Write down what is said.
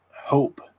hope